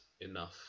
enough